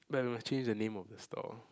but you must change the name of the store